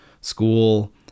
school